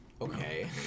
Okay